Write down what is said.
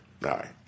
right